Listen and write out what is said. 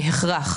בהכרח,